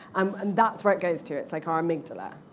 um and that's where it goes to. it's like our amygdala.